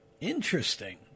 Interesting